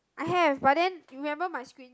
I have but then you remember my screen